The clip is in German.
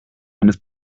eines